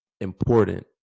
important